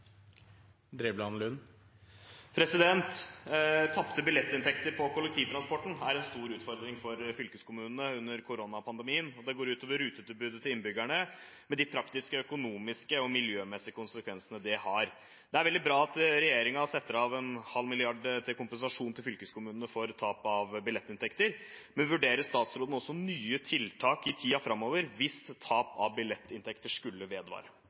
en stor utfordring for fylkeskommunene under koronapandemien, og det går ut over rutetilbudet til innbyggerne, med de praktiske, økonomiske og miljømessige konsekvensene det har. Det er veldig bra at regjeringen setter av en halv milliard i kompensasjon til fylkeskommunene for tap av billettinntekter, men vurderer statsråden også nye tiltak i tiden framover hvis tap av billettinntekter skulle vedvare?